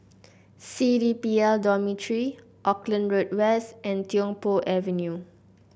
C D P L Dormitory Auckland Road West and Tiong Poh Avenue